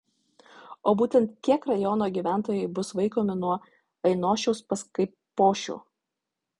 o būtent kiek rajono gyventojai bus vaikomi nuo ainošiaus pas kaipošių